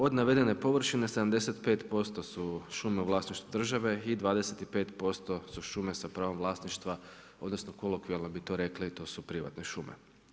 Od navedene površine, 75% su šume u vlasništvu države i 25% su šume sa pravom vlasništva, odnosno, kolokvijalno bi to rekli, to su privatne šume.